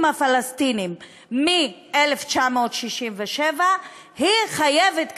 הפלסטיניים מ-1967 היא חייבת כנראה,